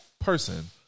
person